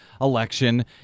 election